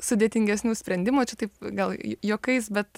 sudėtingesnių sprendimų o čia taip gal juokais bet